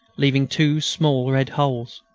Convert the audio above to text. leaving two small red holes.